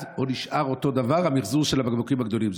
או נשאר אותו דבר המחזור של הבקבוקים הגדולים?